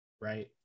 right